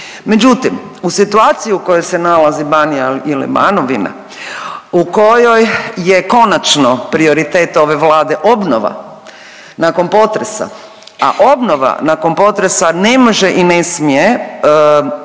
Međutim, u situaciji u kojoj se nalazi Banija ili Banovina, u kojoj je konačno prioritet ove Vlade obnova nakon potresa. A obnova nakon potresa ne može i ne smije